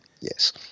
Yes